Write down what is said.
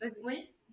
Oui